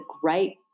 great